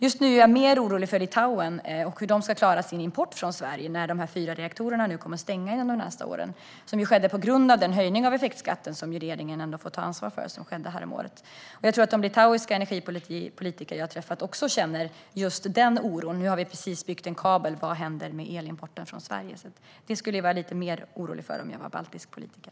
Just nu är jag mer orolig för Litauen och hur de ska klara sin import från Sverige när de fyra reaktorerna stänger de närmaste åren. Detta sker ju på grund av höjningen av effektskatten häromåret, som regeringen ändå får ta ansvar för. Jag tror att de litauiska energipolitiker jag har träffat också känner just den oron: Nu har vi precis byggt en kabel - vad händer med elimporten från Sverige? Det skulle jag vara lite mer orolig för om jag var baltisk politiker.